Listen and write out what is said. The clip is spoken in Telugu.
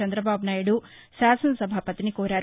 చందబాబు నాయుడు శాసనసభాపతిని కోరారు